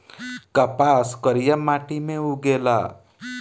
कपास करिया माटी मे उगेला